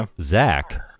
Zach